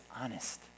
honest